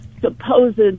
supposed